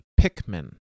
Pikmin